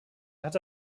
hatte